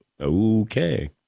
okay